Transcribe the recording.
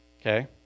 okay